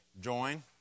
join